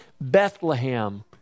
Bethlehem